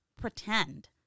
pretend